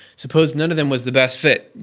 suppose none of them was the best fit?